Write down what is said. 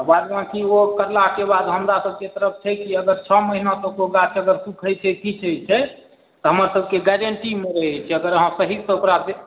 बादबाँकी ओ कयलाके बाद हमरासबकेँ तरफ छै की अगर छओ महीना तक ओ गाछ अगर सूखैत छै किछु होइत छै तऽ हमरसबकेँ गारण्टीमे रहैत छै अगर अहाँ सहीसँ ओकरा देखभाल